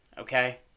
okay